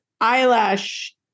eyelash